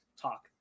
talk